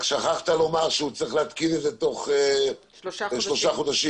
רק שכחת לומר שהוא צריך להתקין את זה תוך שלושה חודשים.